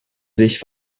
sich